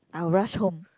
I will rush home